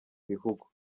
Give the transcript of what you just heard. bihugu